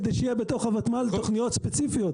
כדי שיהיה בתוך הותמ"ל תכניות ספציפיות.